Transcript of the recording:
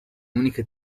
uniche